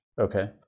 Okay